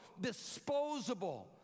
disposable